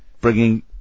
bringing